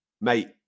Mate